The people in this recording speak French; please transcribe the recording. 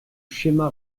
schéma